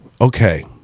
okay